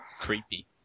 creepy